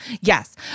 Yes